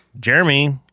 Jeremy